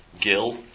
Gil